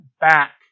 back